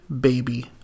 baby